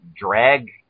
drag